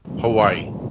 hawaii